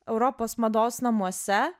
europos mados namuose